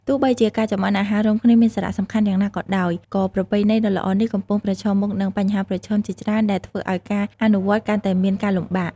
ទោះបីជាការចម្អិនអាហាររួមគ្នាមានសារៈសំខាន់យ៉ាងណាក៏ដោយ ក៏ប្រពៃណីដ៏ល្អនេះកំពុងប្រឈមមុខនឹងបញ្ហាប្រឈមជាច្រើនដែលធ្វើឱ្យការអនុវត្តកាន់តែមានការលំបាក ។